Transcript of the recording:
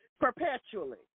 perpetually